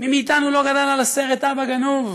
מי מאיתנו לא גדל על הסרט "אבא גנוב",